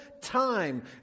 time